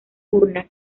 urna